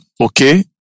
Okay